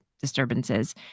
disturbances